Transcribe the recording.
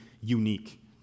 unique